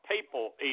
people